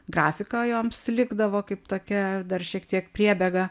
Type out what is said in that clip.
grafika joms likdavo kaip tokia dar šiek tiek priebėga